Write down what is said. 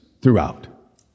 throughout